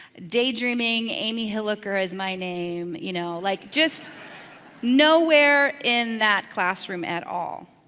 daydreaming amy hilliker as my name, you know like just nowhere in that classroom at all.